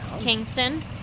Kingston